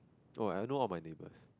oh I don't know all my neighbours